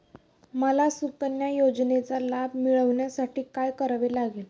मला सुकन्या योजनेचा लाभ मिळवण्यासाठी काय करावे लागेल?